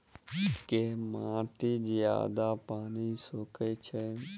केँ माटि जियादा पानि सोखय छै?